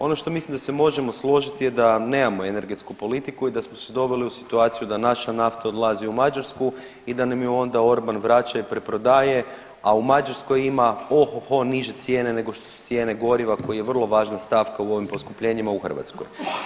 Ono što mislim da se možemo složiti je da nemamo energetsku politiku i da smo se doveli u situaciju da naša nafta odlazi u Mađarsku i da nam ju onda Orban vraća i preprodaje, a u Mađarskoj ina ohoho niže cijene nego što su cijene goriva koji je vrlo važna stavka u ovim poskupljenjima u Hrvatskoj.